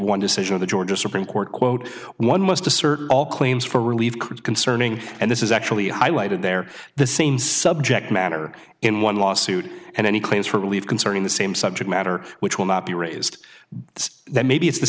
one decision of the georgia supreme court quote one must assert all claims for relief crews concerning and this is actually highlighted there the same subject matter in one lawsuit and any claims for believe concerning the same subject matter which will not be raised it's that maybe it's the